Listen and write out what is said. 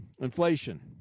inflation